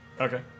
Okay